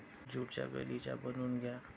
ज्यूटचा गालिचा बनवून घ्या